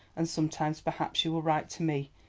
and sometimes perhaps you will write to me,